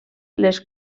les